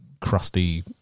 crusty